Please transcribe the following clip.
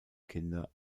kinder